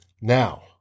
Now